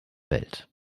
welt